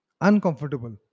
uncomfortable